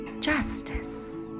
justice